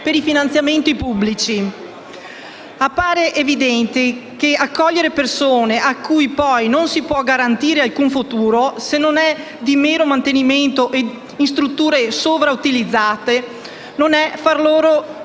per finanziamenti pubblici. Appare evidente che accogliere persone a cui poi non si può garantire alcun futuro, se non di mero mantenimento in strutture sovrautilizzate, non è far loro